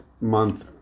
month